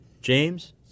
James